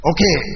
Okay